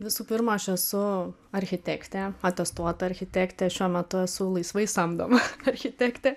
visų pirma aš esu architektė atestuota architektė šiuo metu esu laisvai samdoma architektė